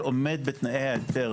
בתנאיי ההיתר